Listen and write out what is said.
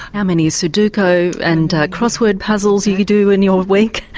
how many sudoku and crossword puzzles you do in your week.